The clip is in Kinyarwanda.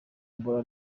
bora